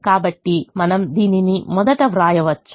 కాబట్టి మనం దీనిని మొదట వ్రాయవచ్చు